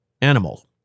animal